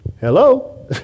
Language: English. hello